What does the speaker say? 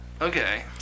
okay